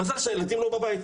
מזל שהילדים לא בבית.